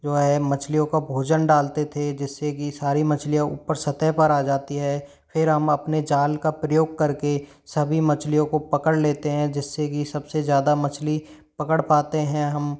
जो है मछलियों को भोजन डालते थे जिससे की सारी मछलियाँ ऊपर सतह पर आ जाती है फिर हम अपने जाल का प्रयोग करके सभी मछलियों को पकड़ लेते हैं जिससे की सबसे ज़्यादा मछली पकड़ पाते हैं हम